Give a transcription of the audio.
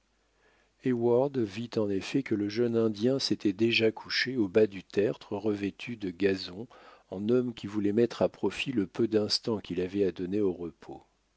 vit en effet que le jeune indien s'était déjà couché au bas du tertre revêtu de gazon en homme qui voulait mettre à profit le peu d'instants qu'il avait à donner au repos